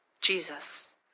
Jesus